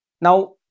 Now